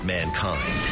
Mankind